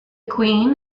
queen